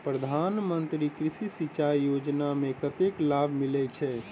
प्रधान मंत्री कृषि सिंचाई योजना मे कतेक लाभ मिलय छै?